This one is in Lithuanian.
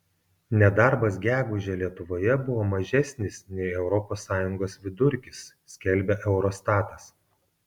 nedarbas gegužę lietuvoje buvo mažesnis nei europos sąjungos vidurkis skelbia eurostatas